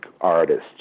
artists